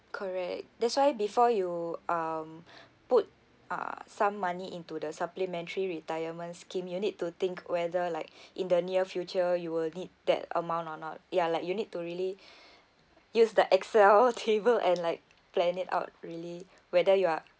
correct that's why before you um put uh some money into the supplementary retirement scheme you need to think whether like in the near future you will need that amount or not ya like you need to really use the excel table and like plan it out really whether you are